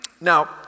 Now